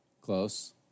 close